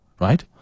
right